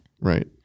Right